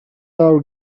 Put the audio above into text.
hour